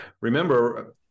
Remember